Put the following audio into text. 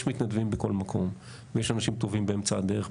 יש מתנדבים בכל מקום ויש אנשים טובים באמצע הדרך.